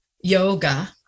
yoga